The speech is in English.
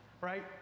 right